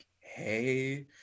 hey